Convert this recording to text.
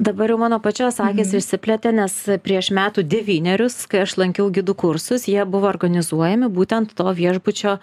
dabar jau mano pačios akys išsiplėtė nes prieš metų devynerius kai aš lankiau gidų kursus jie buvo organizuojami būtent to viešbučio